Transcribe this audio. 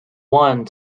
one